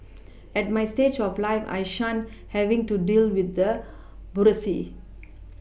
at my stage of life I shun having to deal with the